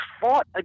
fought